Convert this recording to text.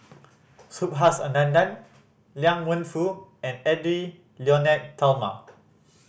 Subhas Anandan Liang Wenfu and Edwy Lyonet Talma